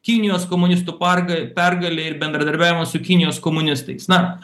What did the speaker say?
kinijos komunistų parga pergalę ir bendradarbiavimą su kinijos komunistais na